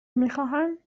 میخواهند